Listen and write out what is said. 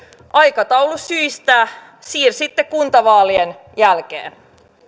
aikataulusyistä siirsitte kuntavaalien jälkeen